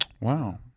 Wow